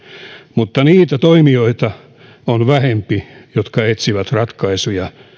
mutta niitä toimijoita on vähempi jotka etsivät ratkaisuja